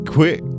Quick